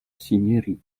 cinieri